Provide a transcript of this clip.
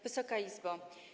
Wysoka Izbo!